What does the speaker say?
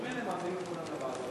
שממילא מעבירים את כולן לוועדות,